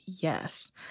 yes